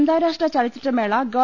അന്താരാഷ്ട്ര ചലച്ചിത്രമേള ഗവ